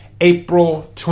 April